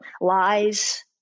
Lies